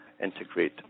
integrate